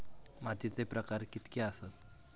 मातीचे प्रकार कितके आसत?